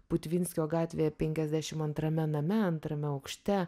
putvinskio gatvė penkiasdešim antrame name antrame aukšte